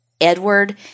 edward